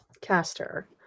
Caster